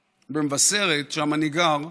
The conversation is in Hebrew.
במבשרת, שם אני גר,